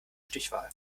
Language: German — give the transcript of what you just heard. stichwahl